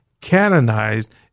canonized